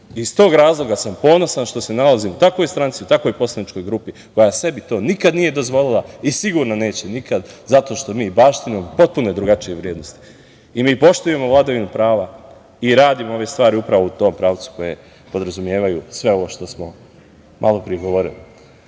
tog razloga sam ponosan što se nalazim u takvoj stranci, takvoj poslaničkoj grupi koja sebi to nikad nije dozvolila i sigurno neće nikad, zato što mi baštinimo potpuno drugačije vrednosti. I mi poštujemo vladavinu prava i radimo ove stvari upravo u tom pravcu koje podrazumevaju sve ovo što smo malopre govorili.U